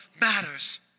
matters